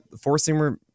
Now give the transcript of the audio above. Four-seamer